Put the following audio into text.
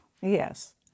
Yes